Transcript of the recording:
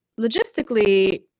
logistically